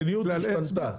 אני מדבר על המדינות שהשתנתה,